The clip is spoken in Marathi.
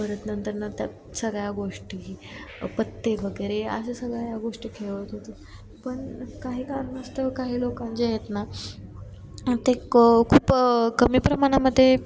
परत नंतरनं त्या सगळ्या गोष्टी पत्ते वगैरे अशा सगळ्या गोष्टी खेळत होते पण काही कारणास्तव काही लोकं जे आहेत ना ते क खूप कमी प्रमाणामध्ये